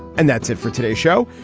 and that's it for today show.